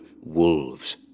wolves